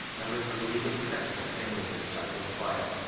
and was the leading seconds singer in the chapel choir,